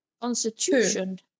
Constitution